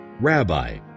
Rabbi